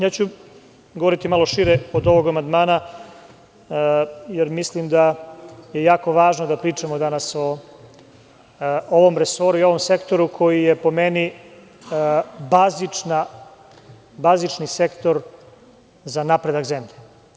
Ja ću govoriti malo šire od ovog amandmana, jer mislim da je jako važno da pričamo danas o ovom resoru i ovom sektoru koji je po meni bazični sektor za napredak zemlje.